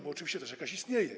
Bo oczywiście jakaś istnieje.